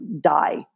die